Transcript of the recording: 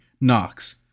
Knox